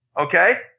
okay